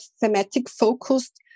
thematic-focused